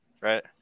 right